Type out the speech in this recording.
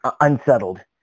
unsettled